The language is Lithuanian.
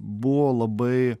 buvo labai